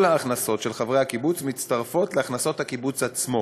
כל ההכנסות של חברי הקיבוץ מתווספות להכנסות הקיבוץ עצמו,